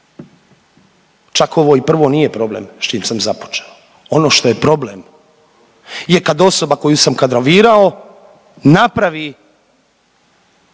čak ovo i prvo nije problem s čim sam započeo, ono što je problem je kada osoba koju sam kadrovirao napravi